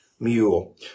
mule